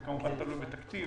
זה כמובן תלוי בתקציב,